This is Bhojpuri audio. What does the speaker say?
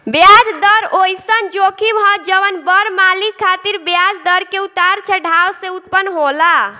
ब्याज दर ओइसन जोखिम ह जवन बड़ मालिक खातिर ब्याज दर के उतार चढ़ाव से उत्पन्न होला